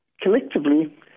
collectively